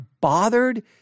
bothered